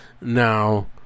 Now